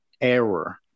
error